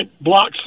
blocks